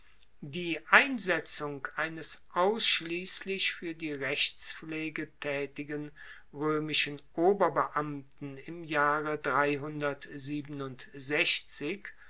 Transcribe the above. die einsetzung eines ausschliesslich fuer die rechtspflege taetigen roemischen oberbeamten im jahre